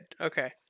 Okay